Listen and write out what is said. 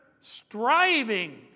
striving